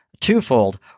twofold